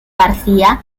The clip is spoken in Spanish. garcia